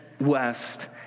west